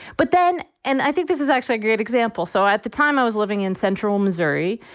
but then and i think this is actually a great example. so at the time i was living in central missouri.